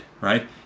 right